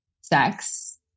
sex